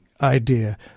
idea